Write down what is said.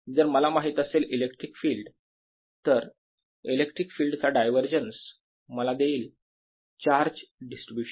जर मला माहित असेल इलेक्ट्रिक फील्ड तर इलेक्ट्रिक फील्ड चा डायवरजन्स मला देईल चार्ज डिस्ट्रीब्यूशन